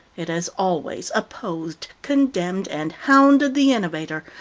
it has always opposed, condemned, and hounded the innovator,